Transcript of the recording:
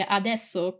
adesso